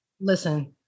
Listen